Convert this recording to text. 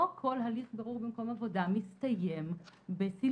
לא כל הליך בירור במקום עבודה מסתיים בסילוק,